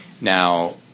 Now